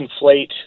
conflate